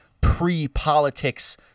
pre-politics –